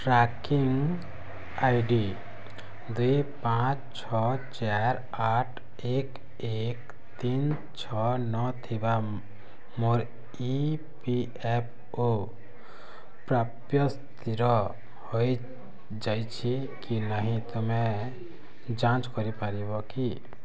tracking I D ଦୁଇ ପାଞ୍ଚ ଛଅ ଚାରି ଆଠ ଏକ ଏକ ତିନି ଛଅ ନଅ ଥିବା ମୋର ଇ ପି ଏଫ୍ ଓ ପ୍ରାପ୍ୟ ସ୍ଥିର ହେଇଯାଇଛି କି ନାହିଁ ତୁମେ ଯାଞ୍ଚ କରିପାରିବ କି